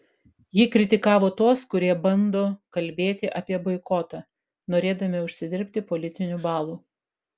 ji kritikavo tuos kurie bando kalbėti apie boikotą norėdami užsidirbti politinių balų